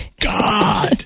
God